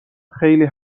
خیلی